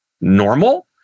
normal